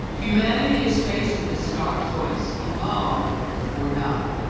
humanity is faced with a stark choice evolve or die.